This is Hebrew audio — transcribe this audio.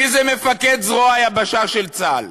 מיהו מפקד זרוע היבשה של צה"ל?